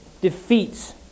defeats